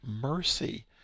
mercy